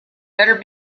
better